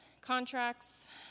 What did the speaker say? Contracts